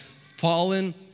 fallen